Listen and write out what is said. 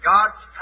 God's